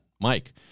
Mike